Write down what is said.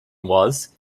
was